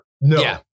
No